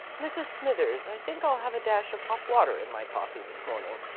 mrs. smithers, i think i'll have a dash of hot-water in my coffee this morning.